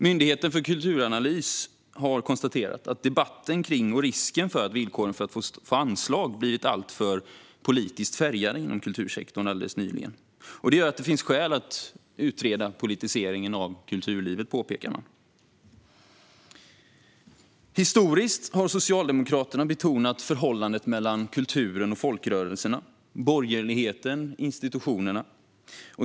Myndigheten för kulturanalys har konstaterat att debatten kring villkoren för att få anslag har blivit alltför politiskt färgad inom kultursektorn alldeles nyligen. Det gör att det finns skäl att utreda politiseringen av kulturlivet, påpekar man. Historiskt har Socialdemokraterna betonat förhållandet mellan kulturen och folkrörelserna, borgerligheten och institutionerna.